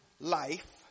life